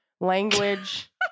language